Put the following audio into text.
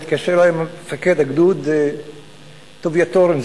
מתקשר אלי מפקד הגדוד טוביה תורן,